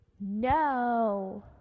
No